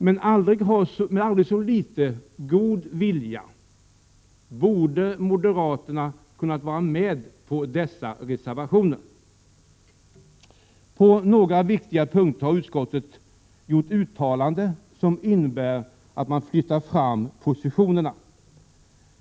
Med aldrig så litet god 7 juni 1988 vilja borde moderaterna ha kunnat vara med på dessa reservationer: Energipolitik inför På några viktiga punkter har utskottet gjort uttalanden som innebär att 1990-talet man flyttar fram positionerna.